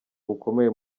bukomeye